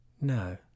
No